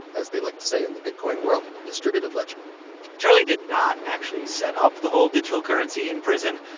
as they like to say in the bitcoin world distributed ledger charley did not actually set up the whole digital currency in prison.